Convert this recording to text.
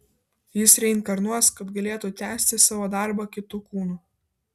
jis reinkarnuos kad galėtų tęsti savo darbą kitu kūnu